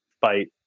fight